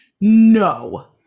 no